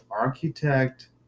architect